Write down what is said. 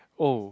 oh